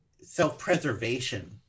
self-preservation